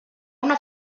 una